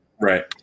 Right